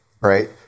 right